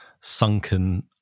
sunken